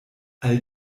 all